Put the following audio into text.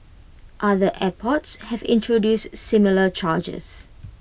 other airports have introduced similar charges